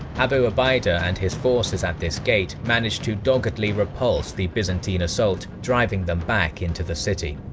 abu ubaidah and his forces at this gate managed to doggedly repulse the byzantine assault, driving them back into the city.